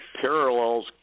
parallels